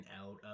out